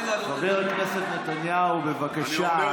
חבר הכנסת נתניהו, בבקשה.